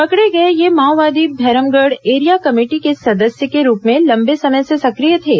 पकड़े गए ये माओवादी भैरमगढ़ एरिया कमेटी के सदस्य के रूप में लंबे समय से सक्रिय थे